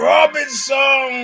Robinson